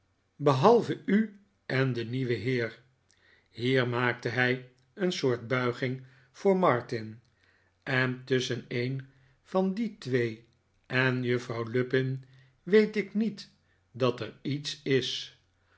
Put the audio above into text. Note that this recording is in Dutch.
behalve u en den nieuwen heer nier maakte hij een soort buiging voor martin en tusschen een van die twee en juffrouw lupin weet ik niet dat er iets is